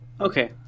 Okay